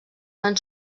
van